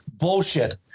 Bullshit